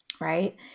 right